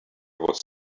was